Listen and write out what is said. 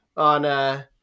on